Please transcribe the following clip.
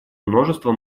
множество